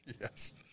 Yes